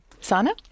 Sana